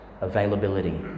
availability